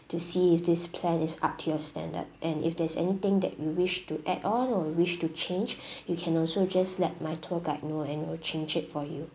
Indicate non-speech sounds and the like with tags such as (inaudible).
to see if this plan is up to your standard and if there's anything that you wish to add on or you wish to change (breath) you can also just let my tour guide know and we will change it for you